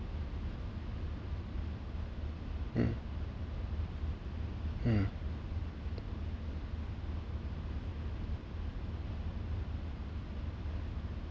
mm mm